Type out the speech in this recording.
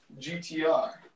GTR